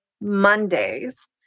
Mondays